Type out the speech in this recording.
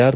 R